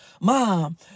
mom